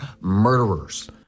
murderers